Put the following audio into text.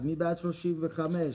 סעיף 85(32)